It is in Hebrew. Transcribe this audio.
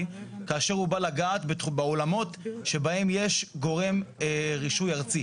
כאשר הוא בא לגעת בעולמות שבהם יש גורם רישוי ארצי.